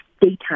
daytime